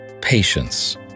patience